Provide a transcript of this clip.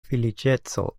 feliĉeco